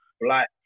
black